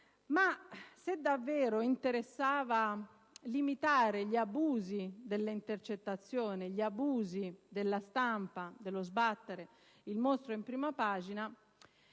Ma se davvero interessava limitare gli abusi delle intercettazioni, gli abusi della stampa che sbatte il mostro in prima pagina,